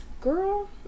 Girl